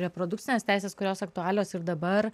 reprodukcinės teisės kurios aktualios ir dabar